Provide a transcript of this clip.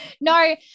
No